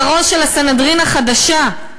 בכרוז של "הסנהדרין החדשה",